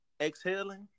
exhaling